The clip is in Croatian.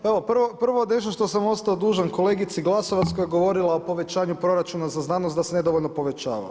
Pa evo nešto što sam ostao dužan kolegici Glasovac koja je govorila o povećanju proračuna za znanost da se nedovoljno povećava.